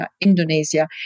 indonesia